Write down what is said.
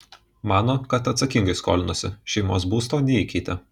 mano kad atsakingai skolinosi šeimos būsto neįkeitė